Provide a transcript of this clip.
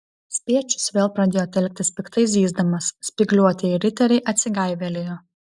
spiečius vėl pradėjo telktis piktai zyzdamas spygliuotieji riteriai atsigaivelėjo